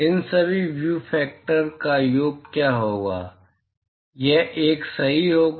इन सभी view factor का योग क्या होगा यह 1 सही होगा